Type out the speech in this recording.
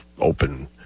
open